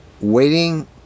waiting